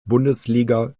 bundesliga